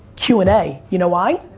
q and a, you know why?